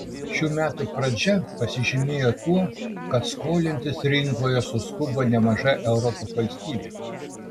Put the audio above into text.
šių metų pradžia pasižymėjo tuo kad skolintis rinkoje suskubo nemažai europos valstybių